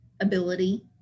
ability